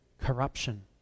corruption